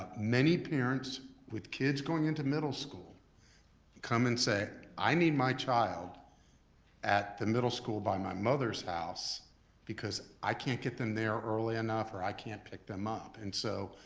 many parents with kids going into middle school come and say, i need my child at the middle school by my mother's house because i can't get them there early enough or i can't pick them up. and so